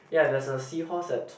ya there is a seahorse at